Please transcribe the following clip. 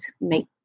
make